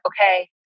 okay